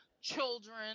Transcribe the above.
children